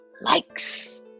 likes